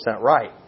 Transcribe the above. right